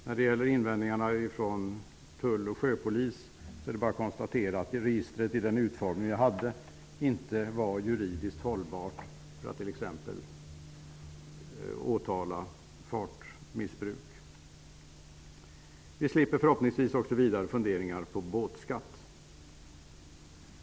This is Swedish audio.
När det gäller invändningarna ifrån tull och sjöpolis är det bara att konstatera att registret, med den utformning det tidigare hade, inte var juridiskt hållbart vid t.ex. åtal om fartmissbruk. Vi slipper förhoppningsvis också vidare funderingar på båtskatt.